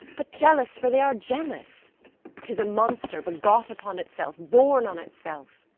but jealous for they are jealous tis a monster begot upon itself, born on itself.